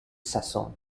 sassoon